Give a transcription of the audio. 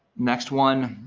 next one,